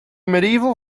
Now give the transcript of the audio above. medieval